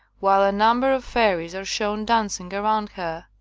while a number of fairies are shown dancing around her.